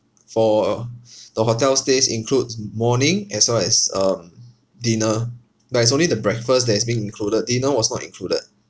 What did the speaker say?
for the hotel stays includes morning as well as um dinner but it's only the breakfast that is being included dinner was not included